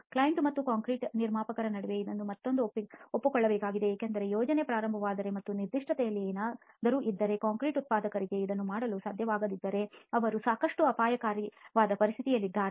client ಮತ್ತು concrete ನಿರ್ಮಾಪಕರ ನಡುವೆ ಇದನ್ನು ಮತ್ತೊಮ್ಮೆ ಒಪ್ಪಿಕೊಳ್ಳಬೇಕಾಗಿದೆ ಏಕೆಂದರೆ ಯೋಜನೆ ಪ್ರಾರಂಭವಾದರೆ ಮತ್ತು ನಿರ್ದಿಷ್ಟತೆಯಲ್ಲಿ ಏನಾದರೂ ಇದ್ದರೆ ಕಾಂಕ್ರೀಟ್ ಉತ್ಪಾದಕರಿಗೆ ಅದನ್ನು ಮಾಡಲು ಸಾಧ್ಯವಾಗದಿದ್ದರೆ ಅದು ಸಾಕಷ್ಟು ಅಪಾಯಕಾರಿಯಾದ ಪರಿಸ್ಥಿತಿಯಾಗಲಿದೆ